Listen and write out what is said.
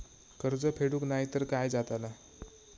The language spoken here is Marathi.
कर्ज फेडूक नाय तर काय जाताला?